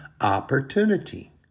opportunity